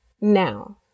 Now